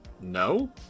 No